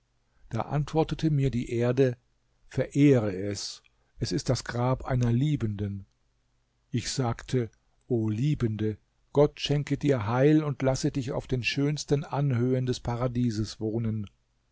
da antwortete mir die erde verehre es es ist das grab einer liebenden ich sagte o liebende gott schenke dir heil und lasse dich auf den schönsten anhöhen des paradieses wohnen